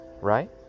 Right